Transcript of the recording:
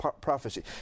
prophecy